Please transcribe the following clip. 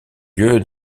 lieu